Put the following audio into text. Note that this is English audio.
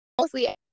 mostly